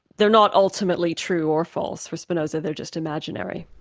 they're not ultimately true or false, for spinoza they're just imaginary.